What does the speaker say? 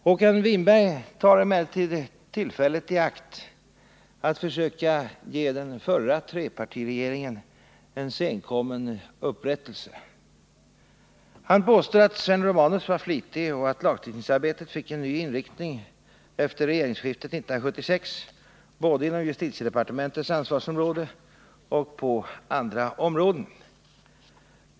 Håkan Winberg tar emellertid tillfället i akt att försöka ge den förra trepartiregeringen en senkommen upprättelse. Han påstår att Sven Romanus var flitig och att lagstiftningsarbetet fick en ny inriktning efter regeringsskiftet 1976 både inom justitiedepartementets ansvarsområde och på andra områden.